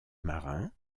marin